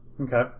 Okay